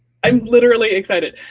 i'm literally excited.